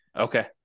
okay